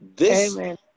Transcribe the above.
Amen